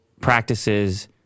practices